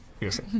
Yes